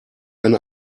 ein